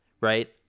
right